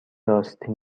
آستین